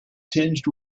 tinged